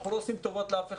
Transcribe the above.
אנחנו לא עושים טובות לאף אחד.